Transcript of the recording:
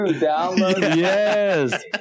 Yes